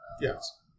Yes